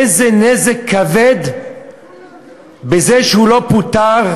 איזה נזק כבד בזה שהוא לא פוטר,